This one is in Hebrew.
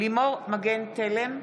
לימור מגן תלם,